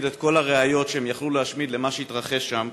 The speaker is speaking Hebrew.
את כל הראיות שיכלו להשמיד למה שהתרחש שם.